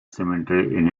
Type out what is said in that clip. cemetery